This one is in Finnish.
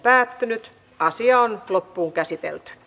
asian käsittely päättyi